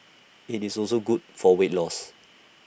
IT is also good for weight loss